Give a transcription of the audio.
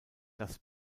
das